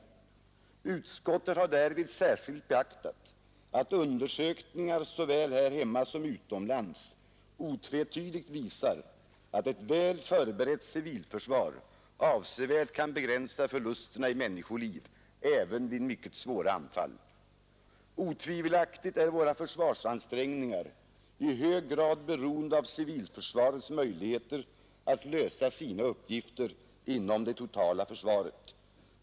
Utskottet har härvid särskilt beaktat, att undersökningar såväl här hemma som utomlands otvetydigt visar, att ett väl förberett civilförsvar avsevärt kan begränsa förlusterna i människoliv även vid mycket svåra anfall. Otvivelaktigt är våra försvarsansträngningar i hög grad beroende av civilförsvarets möjligheter att lösa sina uppgifter inom det totala försvaret.